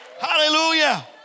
Hallelujah